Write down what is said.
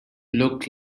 look